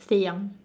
stay young